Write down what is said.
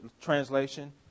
translation